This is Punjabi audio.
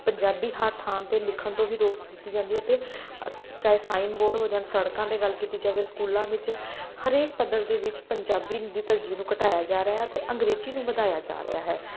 ਪੰਜਾਬੀ ਹਰ ਥਾਂ 'ਤੇ ਲਿਖਣ ਤੋਂ ਵੀ ਰੋਕ ਦਿੱਤੀ ਜਾਂਦੀ ਹੈ ਅਤੇ ਚਾਹੇ ਸਾਈਨਬੋਰਡ ਹੋ ਜਾਣ ਸੜਕਾਂ 'ਤੇ ਗੱਲ ਕੀਤੀ ਜਾਵੇ ਸਕੂਲਾਂ ਵਿੱਚ ਹਰੇਕ ਪੱਧਰ ਦੇ ਵਿੱਚ ਪੰਜਾਬੀ ਦੀ ਤਰਜੀਹ ਨੂੰ ਘਟਾਇਆ ਜਾ ਰਿਹਾ ਅਤੇ ਅੰਗਰੇਜ਼ੀ ਨੂੰ ਵਧਾਇਆ ਜਾ ਰਿਹਾ ਹੈ